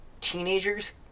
teenagers